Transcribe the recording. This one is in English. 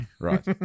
right